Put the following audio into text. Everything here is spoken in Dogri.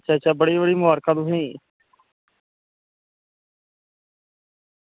अच्छा अच्छा बड़ी बड़ी मबारखां तुसेंगी